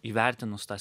įvertinus tas